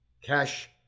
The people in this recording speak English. cash